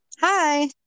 Hi